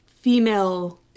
female